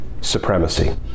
supremacy